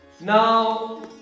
Now